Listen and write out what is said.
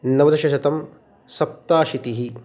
नवदशशतं सप्ताशीतिः